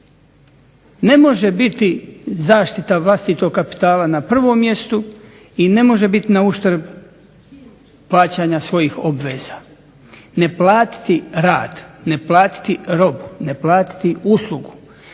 Ne može biti zaštita vlastitog kapitala na prvom mjestu i ne može biti na uštrb plaćanja svojih obveza. Ne platiti rad, ne platiti robu, ne platiti uslugu,